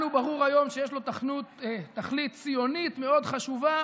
לנו ברור היום שיש לו תכלית ציונית מאוד חשובה,